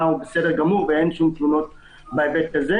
הוא בסדר גמור ואין שום תלונות בהיבט הזה.